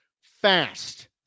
fast